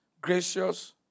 gracious